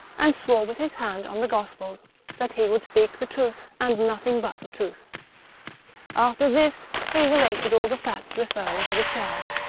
and swore with his hand on the gospels that he would speak the truth, and nothing but the truth after this he related all the facts referring to the charge,